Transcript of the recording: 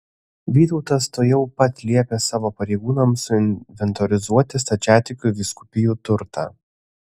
vytautas tuojau pat liepė savo pareigūnams suinventorizuoti stačiatikių vyskupijų turtą